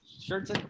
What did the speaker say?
shirts